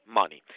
money